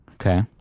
Okay